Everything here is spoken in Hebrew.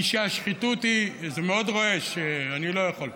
היא שהשחיתות היא, זה מאוד רועש, אני לא יכול ככה.